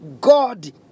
God